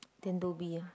then Dhoby ya